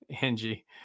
Angie